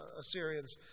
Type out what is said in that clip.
Assyrians